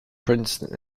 princeton